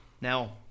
Now